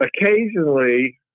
Occasionally